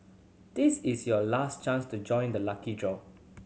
this is your last chance to join the lucky draw